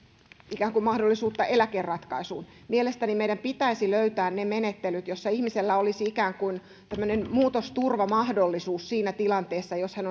ikään kuin mahdollisuutta eläkeratkaisuun mielestäni meidän pitäisi löytää ne menettelyt joissa ihmisellä olisi ikään kuin tämmöinen muutosturvamahdollisuus siinä tilanteessa että hän